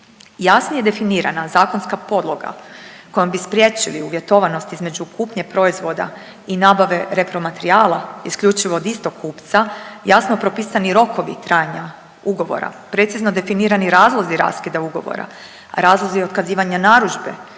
Jasnije definirana zakonska podloga kojom bi spriječili uvjetovanost između kupnje proizvoda i nabave repromaterijala isključivo od istog kupca, jasno propisani rokovi trajanja ugovora, precizno definirani razlozi raskida ugovora, razlozi otkazivanja narudžbe,